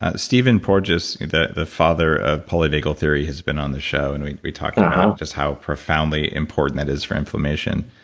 ah stephen porges, the the father of polyvagal theory has been on the show and we we talked and about just how profoundly important that is for inflammation.